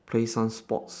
play some sports